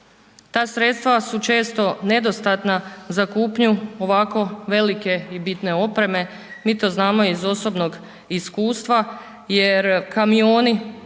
Ta sredstva su često nedostatna za kupnju ovako velike i bitne opreme, mi to znamo iz osobnog iskustva jer kamioni,